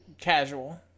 Casual